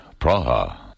Praha